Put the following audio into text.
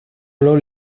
brou